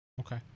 okay